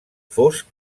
fosc